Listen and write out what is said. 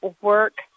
work